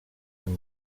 amb